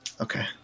Okay